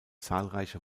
zahlreiche